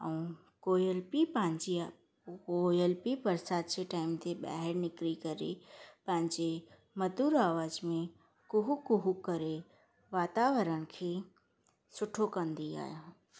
ऐं कोयल बि पंहिंजी कोयल बि बरसाति जे टाइम ते ॿाहिरि निकिरी करे पंहिंजे मधुर आवाज़ में कुहू कुहू करे वातावरण खे सुठो कंदी आहे